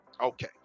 Okay